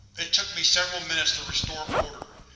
it took me several minutes to restore order.